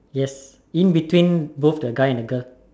yes in between both the guy and the girl